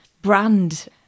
brand